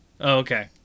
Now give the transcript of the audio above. Okay